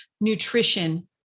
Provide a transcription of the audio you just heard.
nutrition